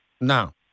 no